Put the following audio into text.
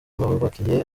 bubakiye